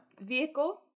Vehicle